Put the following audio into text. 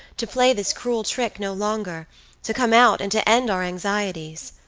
to play this cruel trick no longer to come out and to end our anxieties.